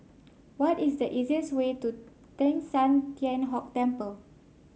what is the easiest way to Teng San Tian Hock Temple